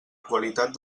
qualitat